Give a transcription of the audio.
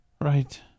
right